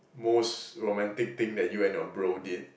most romantic thing that you and your bro did